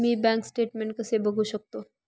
मी bank statement कसे बघू शकतो?